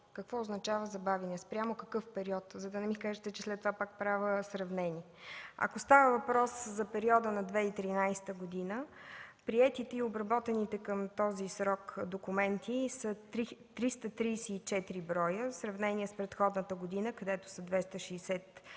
Какво означава забавяне? Спрямо какъв период? За да не ми кажете след това, че пак правя сравнение. Ако става въпрос за периода на 2013 г. – приетите и обработените към този срок документи са 334 бр. в сравнение с предходната година, където са 265.